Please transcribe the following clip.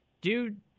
Dude